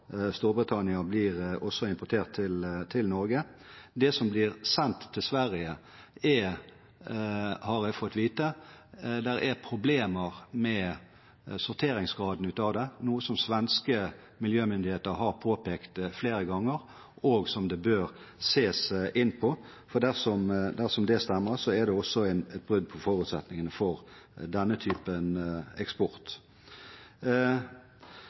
Storbritannia blir også importert til Norge. Av det som blir sendt til Sverige, er det – har jeg fått vite – problemer med sorteringsgraden, noe som svenske miljømyndigheter har påpekt flere ganger, og som det bør ses på, for dersom det stemmer, er det også et brudd på forutsetningene for denne typen eksport.